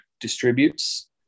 distributes